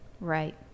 right